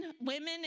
women